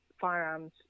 firearms